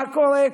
מה קורה?